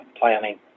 planning